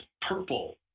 purple